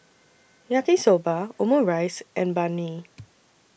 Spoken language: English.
Yaki Soba Omurice and Banh MI